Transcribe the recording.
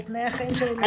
על תנאיי החיים שלהם.